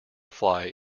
fly